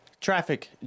traffic